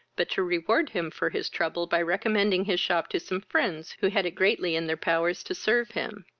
but to reward him for his trouble, by recommending his shop to some friends who had it greatly in their power to serve him.